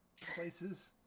places